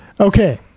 Okay